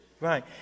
Right